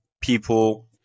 people